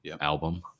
album